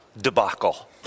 debacle